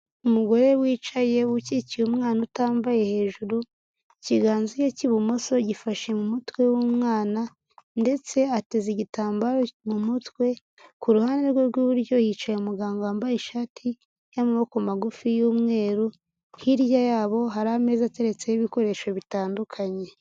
Umugore wicaye ukikiye umwana utambaye hejuru, ikiganza cye cy'ibumoso gifashe mu mutwe w'umwana ndetse ateze igitambaro mu mutwe, ku ruhande rwe rw'iburyo hicaye umuganga wambaye ishati y'amaboko magufi y'umweru, hirya yabo hari ameza ateretseho ibikoresho bitandukanye.